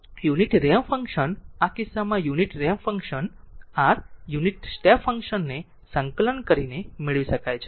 તો unit ramp function આ કિસ્સામાં unit ramp function rt unit step function ને સંકલન કરીને મેળવી શકાય છે